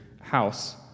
house